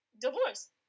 Divorce